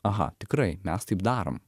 aha tikrai mes taip darom